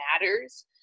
matters